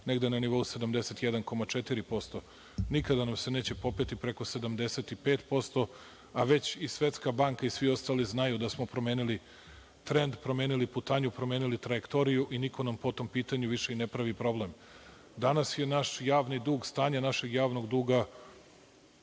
negde na nivou 71,4%. Nikada nam se neće popeti preko 75%, a već i Svetska banka i svi ostali znaju da smo promenili trend, promenili putanju, promeni trajektoriju i niko nam po tom pitanju više i ne pravi problem. Danas naš javni dug, stanje našeg javnog duga